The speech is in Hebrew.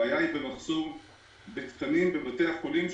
הבעיה היא מחסור בתקנים בבתי החולים,